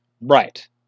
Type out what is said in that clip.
Right